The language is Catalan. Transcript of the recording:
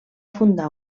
fundar